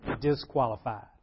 disqualified